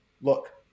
look